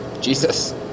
Jesus